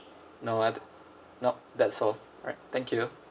no other nope that's all right thank you